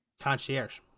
Concierge